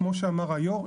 כמו שאמר היו"ר,